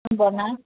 বনাই